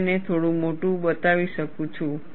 હું તેને થોડું મોટું બતાવી શકું છું